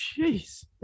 Jeez